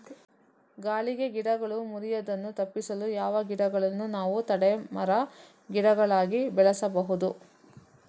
ಗಾಳಿಗೆ ಗಿಡಗಳು ಮುರಿಯುದನ್ನು ತಪಿಸಲು ಯಾವ ಗಿಡಗಳನ್ನು ನಾವು ತಡೆ ಮರ, ಗಿಡಗಳಾಗಿ ಬೆಳಸಬಹುದು?